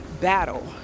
battle